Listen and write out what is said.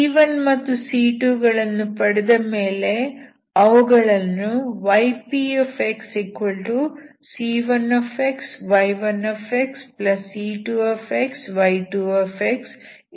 c1 ಮತ್ತು c2 ಗಳನ್ನು ಪಡೆದ ಮೇಲೆ ಅವುಗಳನ್ನು ypxc1xy1c2y2 ಇದರಲ್ಲಿ ಬದಲಾಯಿಸಿ